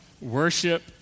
Worship